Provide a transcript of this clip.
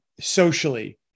socially